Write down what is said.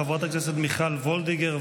חברת הכנסת מיכל וולדיגר,